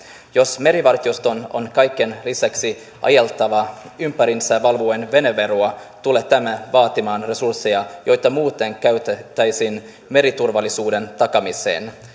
jos merivartioston on kaiken lisäksi ajeltava ympäriinsä valvoen veneveroa tulee tämä vaatimaan resursseja joita muuten käytettäisiin meriturvallisuuden takaamiseen